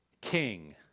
king